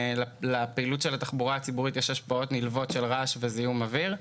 לפעילות של התחבורה הציבורית יש השפעות נלוות של רעש וזיהום אוויר.